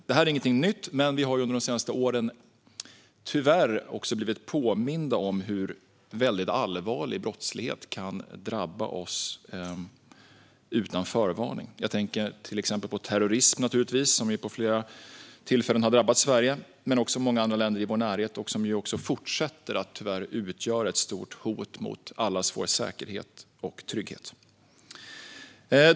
Detta är ingenting nytt, men vi har under de senaste åren tyvärr blivit påminda om hur väldigt allvarlig brottslighet kan drabba oss utan förvarning. Jag tänker naturligtvis till exempel på terrorism, som vid flera tillfällen har drabbat Sverige men också många andra länder i vår närhet och som tyvärr fortsätter att utgöra ett stort hot mot allas vår säkerhet och trygghet.